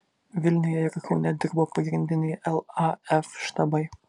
vilniuje ir kaune dirbo pagrindiniai laf štabai